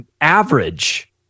average